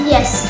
Yes